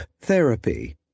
Therapy